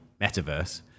metaverse